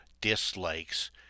dislikes